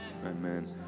Amen